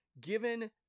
given